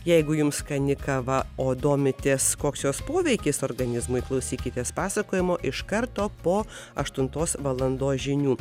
jeigu jums skani kava o domitės koks jos poveikis organizmui klausykitės pasakojimo iš karto po aštuntos valandos žinių